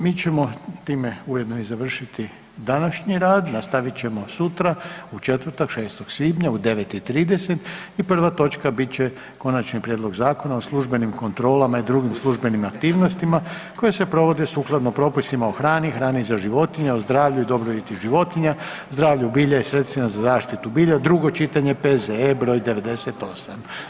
Mi ćemo time ujedno i završiti današnji rad, nastavit ćemo sutra, u četvrtak, 6. svibnja u 9 i 30 i prva točka bit će Konačni prijedlog Zakona o službenim kontrolama i drugim službenim aktivnostima koje se provode sukladno propisima o hrani, hrani za životinje, o zdravlju i dobrobiti životinja, zdravlju bilja i sredstvima za zaštitu bilja, drugo čitanje, P.Z.E. br. 98.